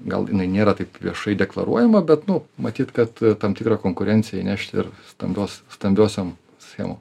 gal jinai nėra taip viešai deklaruojama bet nu matyt kad tam tikra konkurencija įnešti ir stambios stambiosiom schemom